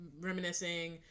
reminiscing